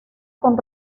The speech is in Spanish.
con